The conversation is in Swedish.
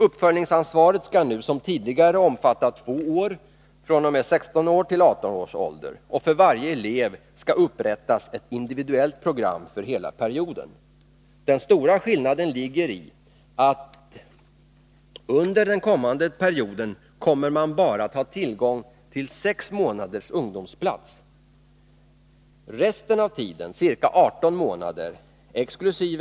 Uppföljningsansvaret skall nu som tidigare omfatta två år, från 16 till 18 års ålder, och för varje elev skall upprättas ett individuellt program för hela perioden. Den stora skillnaden ligger i att under den perioden kommer man bara att ha tillgång till sex månaders ungdomsplats. Resten av tiden, ca 18 månader, exkl.